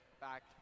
back